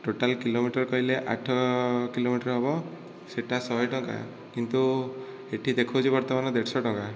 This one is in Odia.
ଟୋଟାଲ କିଲୋମିଟର କହିଲେ ଆଠ କିଲୋମିଟର ହେବ ସେଇଟା ଶହେ ଟଙ୍କା କିନ୍ତୁ ଏଇଠି ଦେଖାଉଛି ବର୍ତ୍ତମାନ ଦେଢ଼ଶହ ଟଙ୍କା